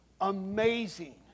amazing